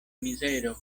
mizero